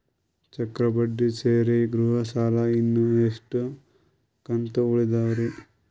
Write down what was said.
ಚಕ್ರ ಬಡ್ಡಿ ಸೇರಿ ಗೃಹ ಸಾಲ ಇನ್ನು ಎಷ್ಟ ಕಂತ ಉಳಿದಾವರಿ?